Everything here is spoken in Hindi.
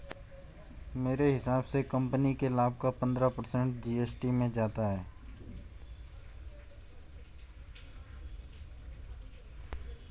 मेरे हिसाब से कंपनी के लाभ का पंद्रह पर्सेंट जी.एस.टी में जाता है